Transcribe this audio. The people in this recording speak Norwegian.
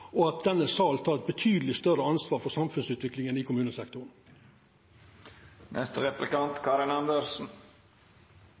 og at denne salen tek eit betydeleg større ansvar for samfunnsutviklinga i